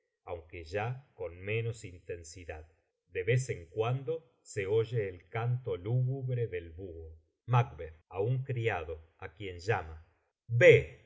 aunque ya con menos intensidad de vez en cuando se oye el canto lúgubre del buho macb a un criado á quien uama vé